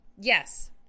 Yes